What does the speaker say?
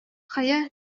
хайа